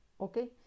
Okay